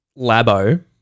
Labo